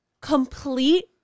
complete